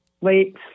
late